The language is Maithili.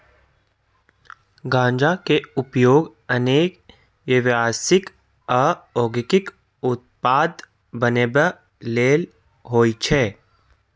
गांजा के उपयोग अनेक व्यावसायिक आ औद्योगिक उत्पाद बनबै लेल होइ छै